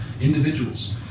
individuals